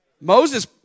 Moses